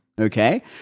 Okay